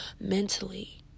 mentally